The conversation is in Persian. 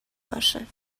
باشه